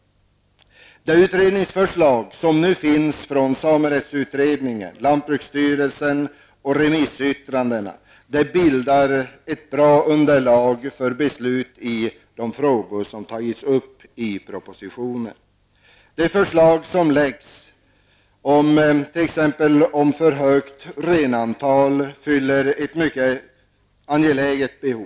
De förslag som nu föreligger från samerättsutredningen, lantbruksstyrelsen och remissyttrandena bildar ett bra underlag för beslut i de frågor som tagits upp i propositionen. Det förslag som läggs fram beträffande för högt renantal fyller t.ex. ett mycket angeläget behov.